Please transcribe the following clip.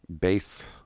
base